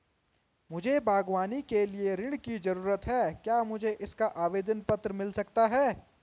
मुझे बागवानी के लिए ऋण की ज़रूरत है क्या मुझे इसका आवेदन पत्र मिल सकता है?